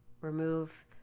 Remove